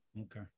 Okay